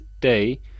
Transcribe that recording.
day